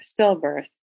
stillbirth